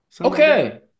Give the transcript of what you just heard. Okay